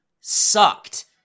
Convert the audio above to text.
sucked